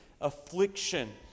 affliction